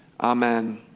Amen